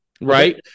right